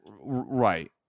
Right